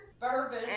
bourbon